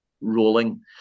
rolling